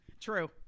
True